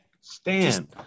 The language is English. stand